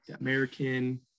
American